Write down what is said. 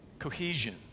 Cohesion